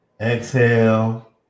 exhale